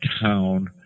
town